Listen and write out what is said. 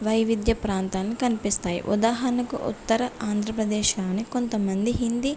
వైవిధ్య ప్రాంతాలు కనిపిస్తాయి ఉదాహరణకు ఉత్తర ఆంధ్రప్రదేశ్లోని కొంతమంది హిందీ